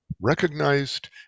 recognized